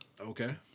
Okay